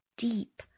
deep